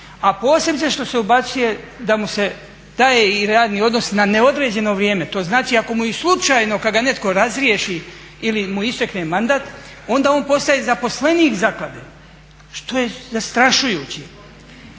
a posebice što se ubacuje da mu se taj radni odnos na neodređeno vrijeme, to znači ako mu i slučajno kad ga netko razriješi ili mu istekne mandat onda on postaje zaposlenik zaklade što je zastrašujuće.